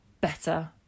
better